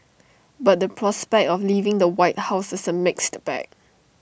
but the prospect of leaving the white house is A mixed bag